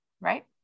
Right